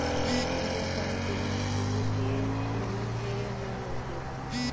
पूजा पाठ बिना फूल के इहां पे ना होखेला